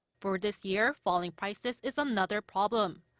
for this year, falling prices is another problem.